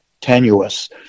tenuous